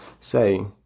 say